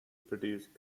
produce